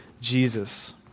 Jesus